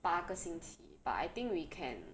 八个星期 but I think we can